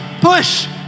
push